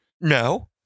No